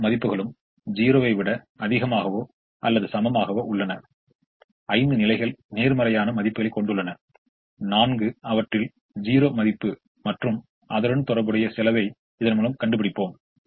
அனைத்து மதிப்புகளும் 0 ஐ விட அதிகமாகவோ அல்லது சமமாகவோ உள்ளன 5 நிலைகள் நேர்மறையான மதிப்புகளைக் கொண்டுள்ளன 4 அவற்றில் 0 மதிப்பு மற்றும் அதனுடன் தொடர்புடைய செலவை இதன்முலம் கண்டுபிடிப்போம்